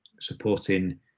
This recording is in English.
supporting